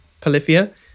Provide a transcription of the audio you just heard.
polyphia